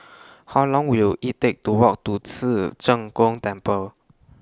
How Long Will IT Take to Walk to Ci Zheng Gong Temple